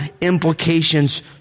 implications